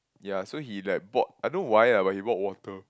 ya so he like bought I don't know why ah but he bought water